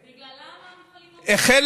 בגללם המפעלים לא מחוברים?